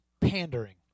pandering